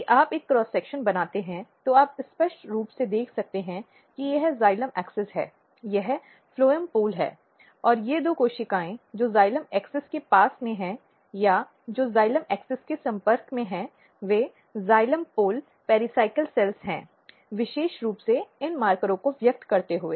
यदि आप एक क्रॉस सेक्शन बनाते हैं तो आप स्पष्ट रूप से देख सकते हैं कि यह जाइलम अक्ष है यह फ्लोएम पोल है और ये दो कोशिकाएं जो जाइलम अक्ष के पास में हैं या जो जाइलम अक्ष के संपर्क में हैं वे जाइलम पोल साइक्लिन सेल हैं विशेष रूप से इन मार्करों को व्यक्त करते हुए